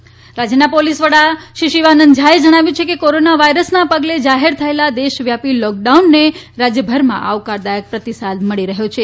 શીવાનંદ ઝા રાજયના પોલીસ વડા શ્રી શિવાનંદ ઝા એ જણાવ્યું છે કે કોરોના વાયરસને પગલે જાહેર થયેલા દેશવ્યાપી લોકડાઉનને રાજયભરમાં આવકારદાયક પ્રતિસાદ મળી રહયો છે